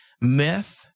myth